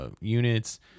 units